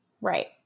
Right